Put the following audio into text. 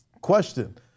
question